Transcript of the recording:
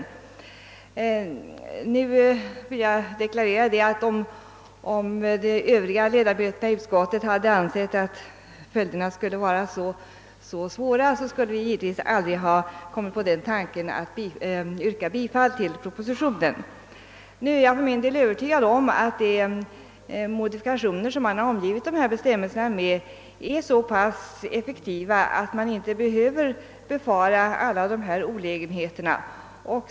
Jag vill emellertid deklarera att om de övriga ledamöterna i utskottet ansett att följderna skulle bli så svåra hade de givetvis aldrig kommit på tanken att yrka bifall till propositionen. För min del är jag övertygad om att de inskränkningar som skall gälla vid tilllämpningen av dessa bestämmelser är så pass effektiva, att man inte behöver befara alla de nämnda olägenheterna.